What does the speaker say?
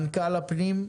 מנכ"ל הפנים,